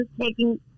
taking